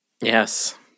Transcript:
Yes